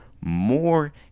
more